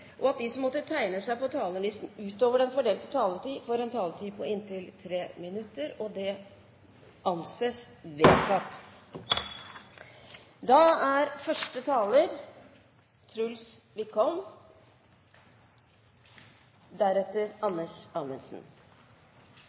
foreslått at de som måtte tegne seg på talerlisten utover den fordelte taletid, får en taletid på inntil 3 minutter. – Det anses vedtatt. Vi raud-grøne synest det er